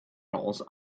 roles